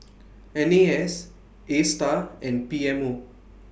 N A S ASTAR and P M O